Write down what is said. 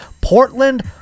Portland